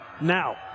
now